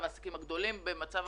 במצב